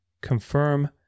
confirm